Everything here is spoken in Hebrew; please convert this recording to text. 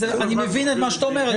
אני מבין את מה שאתה אומר.